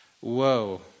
Whoa